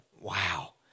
wow